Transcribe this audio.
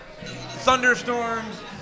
thunderstorms